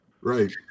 right